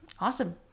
Awesome